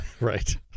Right